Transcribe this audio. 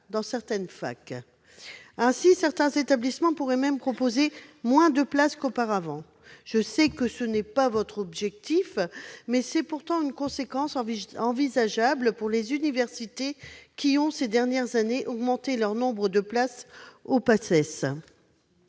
dans certaines facultés. Ainsi, certains établissements pourraient proposer moins de places qu'auparavant. Je sais que ce n'est pas votre objectif, madame la ministre, mais c'est pourtant une conséquence envisageable pour les universités qui ont, ces dernières années, augmenté leur nombre de places en Paces.